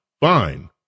fine